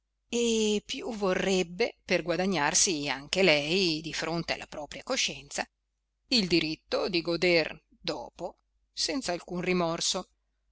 e più vorrebbe per guadagnarsi anche lei di fronte alla propria coscienza il diritto di goder dopo senz'alcun rimorso